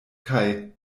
kaj